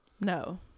No